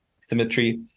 symmetry